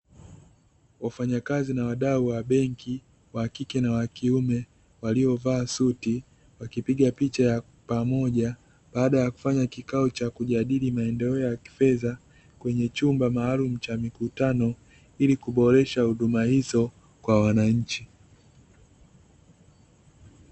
Wafanyakazi na wadau wa benki, wa kike na wa kiume, waliovaa suti wakipiga picha ya pamoja baada ya kufanya kikao cha kujadili maendeleo ya kifedha, kwenye chumba maalumu cha mikutano, ili kuboresha huduma hizo kwa wananchi.